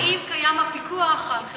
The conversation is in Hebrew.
האם קיים פיקוח על חברות ?